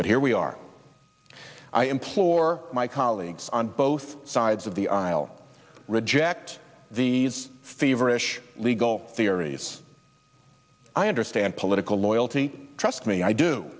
but here we are i implore my colleagues on both sides of the aisle reject these feverish legal theories i understand political loyalty trust me i do